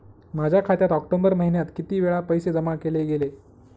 माझ्या खात्यात ऑक्टोबर महिन्यात किती वेळा पैसे जमा केले गेले?